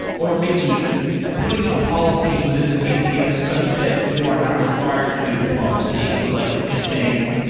or maybe putting up policies within the cncf, such that you are not required to do diplomacy, like just saying,